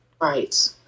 right